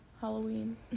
Halloween